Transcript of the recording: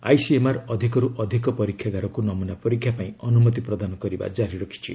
ICMR ଅଧିକରୁ ଅଧିକ ପରୀକ୍ଷାଗାରକୁ ନମୁନା ପରୀକ୍ଷା ପାଇଁ ଅନୁମତି ପ୍ରଦାନ କରିବା କାରି ରଖିଛି